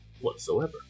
whatsoever